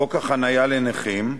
חוק החנייה לנכים,